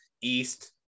East